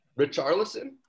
Richarlison